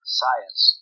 science